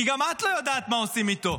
כי גם את לא יודעת מה עושים איתו.